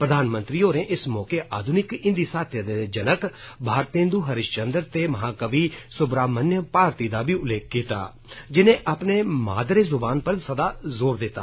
प्रधानमंत्री होरें इस मौके आधुनिक हिन्दी साहित्य दे जनक भारतेन्दू हरीशचन्द ते महाकवि सुब्रामणय भारती दा बी उल्लेख कीता जिनें अपनी मादरेजुवान पर सदा ज़ोर दिता